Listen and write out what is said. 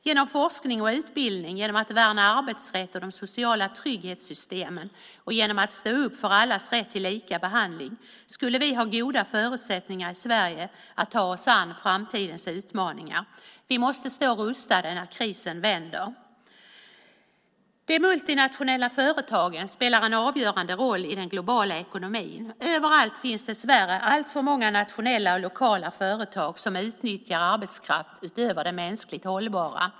Genom forskning och utbildning, genom att värna arbetsrätten och de sociala trygghetssystemen och genom att stå upp för allas rätt till lika behandling skulle vi ha goda förutsättningar i Sverige att ta oss an framtidens utmaningar. Vi måste stå rustade när krisen vänder. De multinationella företagen spelar en avgörande roll i den globala ekonomin. Överallt finns dessvärre alltför många nationella och lokala företag som utnyttjar arbetskraft utöver det mänskligt hållbara.